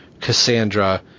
Cassandra